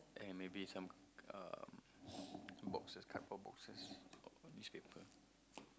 and maybe some um boxes cardboard boxes or newspaper